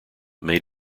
made